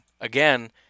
again